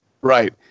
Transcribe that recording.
Right